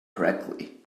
correctly